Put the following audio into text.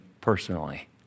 personally